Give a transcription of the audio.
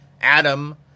Adam